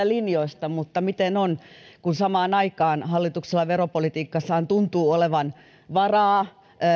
linjoista mutta miten on kun hallituksella veropolitiikassaan tuntuu olevan varaa